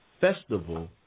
festival